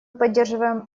поддерживаем